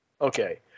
Okay